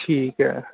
ਠੀਕ